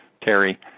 Terry